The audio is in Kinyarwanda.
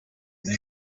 big